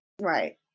Right